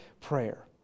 prayer